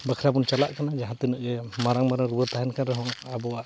ᱵᱟᱠᱷᱟᱱ ᱵᱚᱱ ᱪᱟᱞᱟᱜ ᱠᱟᱱᱟ ᱡᱟᱦᱟᱸ ᱛᱤᱱᱟᱹᱜ ᱜᱮ ᱢᱟᱨᱟᱝ ᱢᱟᱨᱟᱝ ᱨᱩᱣᱟᱹ ᱛᱟᱦᱮᱱ ᱠᱟᱱ ᱨᱮᱦᱚᱸ ᱟᱵᱚᱣᱟᱜ